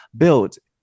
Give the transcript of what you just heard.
build 。